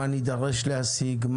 מה נידרש להשיג,